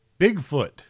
Bigfoot